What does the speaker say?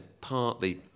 partly